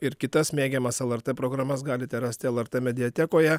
ir kitas mėgiamas lrt programas galite rasti lrt mediatekoje